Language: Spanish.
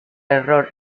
error